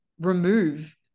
remove